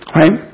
right